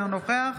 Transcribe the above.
אינו נוכח